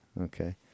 Okay